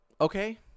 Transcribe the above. okay